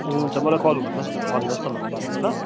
हुन्छ मलाई ल गर्नुहोस् न भन्नुहोस् न मलाई बादमा ल